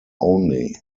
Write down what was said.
only